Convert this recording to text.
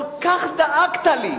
כל כך דאגת לי,